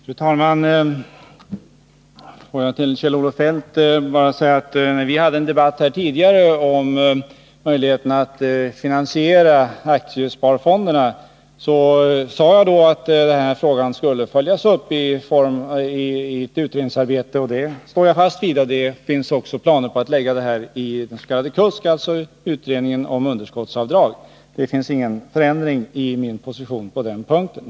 Fru talman! När vi tidigare, Kjell-Olof Feldt, hade en debatt här om möjligheterna att finansiera aktiesparfonderna sade jag att frågan skulle följas upp i ett utredningsarbete, och det står jag fast vid. Det finns också planer på att lägga detta i den s.k. KUSK, alltså kommittén om underskottsavdrag. Det finns ingen förändring i min position på den punkten.